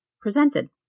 presented